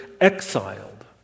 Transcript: exiled